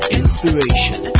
inspiration